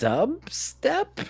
Dubstep